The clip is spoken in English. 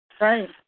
right